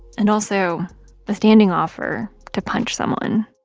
and also a standing offer to punch someone